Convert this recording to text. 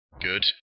good